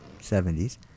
70s